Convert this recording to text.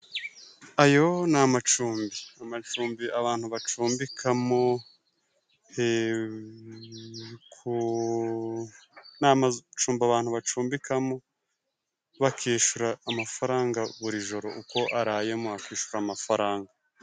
Ayo ni amacumbi. Amacumbi abantu bacumbikamo . Ni amacumbi abantu bacumbikamo bakishyura amafaranga buri joro. Uko arayemo akishyura amafaranga.